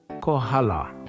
Kohala